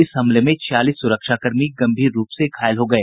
इस हमले में छियालीस सुरक्षाकर्मी गंभीर रूप से घायल हो गए